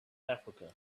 africa